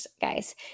guys